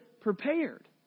prepared